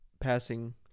passing